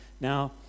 Now